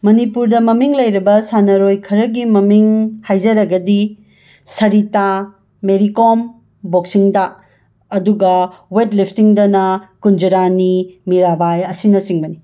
ꯃꯅꯤꯄꯨꯔꯗ ꯃꯃꯤꯡ ꯂꯩꯔꯕ ꯁꯥꯟꯅꯔꯣꯏ ꯈꯔꯒꯤ ꯃꯃꯤꯡ ꯍꯥꯏꯖꯔꯒꯗꯤ ꯁꯔꯤꯇꯥ ꯃꯦꯔꯤ ꯀꯣꯝ ꯕꯣꯛꯁꯤꯡꯗ ꯑꯗꯨꯒ ꯋꯦꯠꯂꯤꯐꯇꯤꯡꯗꯅ ꯀꯨꯟꯖꯔꯥꯅꯤ ꯃꯤꯔꯥꯕꯥꯏ ꯑꯁꯤꯅꯆꯤꯡꯕꯅꯤ